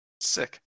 Sick